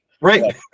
right